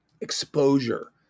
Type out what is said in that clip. exposure